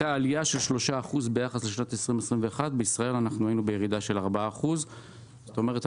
עלייה של 3% ביחס לשנת 2021. ובישראל היינו בירידה של 4%. זאת אומרת,